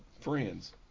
friends